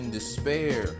despair